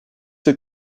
ces